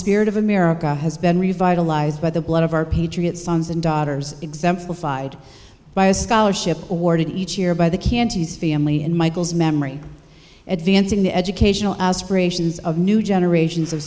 spirit of america has been revitalized by the blood of our patriots sons and daughters exemplified by a scholarship awarded each year by the cantus family in michael's memory advancing the educational aspirations of new generation